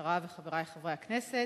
השרה וחברי חברי הכנסת,